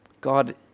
God